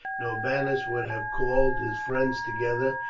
norbanus would have called his friends together,